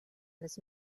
les